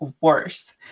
worse